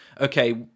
Okay